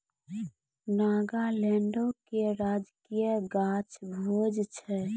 नागालैंडो के राजकीय गाछ भोज छै